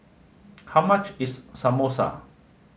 how much is Samosa